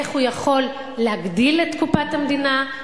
איך הוא יכול להגדיל את קופת המדינה,